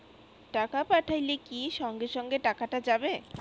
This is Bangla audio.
টাকা পাঠাইলে কি সঙ্গে সঙ্গে টাকাটা যাবে?